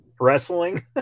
Wrestling